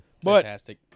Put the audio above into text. Fantastic